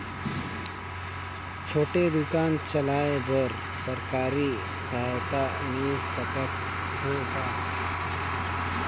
छोटे दुकान चलाय बर सरकारी सहायता मिल सकत हे का?